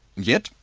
yet,